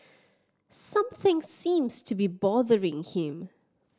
something seems to be bothering him